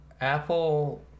Apple